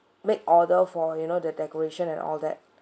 order for you know the decoration and all that